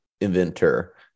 Inventor